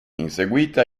inseguita